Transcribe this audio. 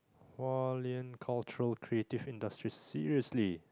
Hualian cultural creative industries seriously